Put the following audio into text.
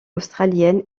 australienne